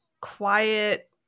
quiet